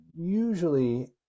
usually